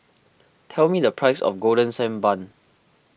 tell me the price of Golden Sand Bun